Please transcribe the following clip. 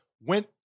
went